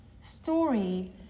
story